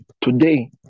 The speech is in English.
today